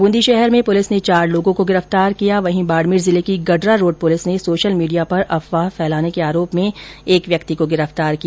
ब्रंदी शहर में पुलिस ने चार लोगों को गिरफ्तार किया है तो वहीं बाड़मेर जिले की गडरा रोड पुलिस ने सोशल मीडिया पर अफवाह फैलाने के आरोप में एक व्यक्ति को गिरफ्तार किया